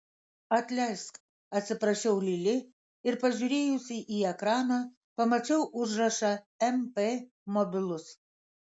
atleisk atsiprašiau lili ir pažiūrėjusi į ekraną pamačiau užrašą mp mobilus